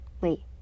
wait